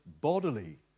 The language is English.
bodily